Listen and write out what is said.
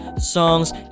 songs